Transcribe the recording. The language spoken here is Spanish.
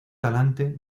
talante